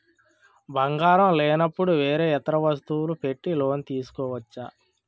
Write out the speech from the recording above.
బంగారం లేనపుడు వేరే ఇతర వస్తువులు పెట్టి లోన్ తీసుకోవచ్చా?